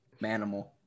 Manimal